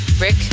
Rick